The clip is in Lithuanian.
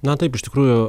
na taip iš tikrųjų